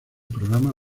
programa